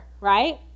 right